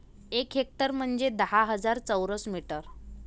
एक हेक्टर म्हंजे दहा हजार चौरस मीटर